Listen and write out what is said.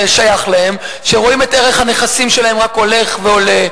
שייך להם שרואים את ערך הנכסים שלהם רק הולך ועולה,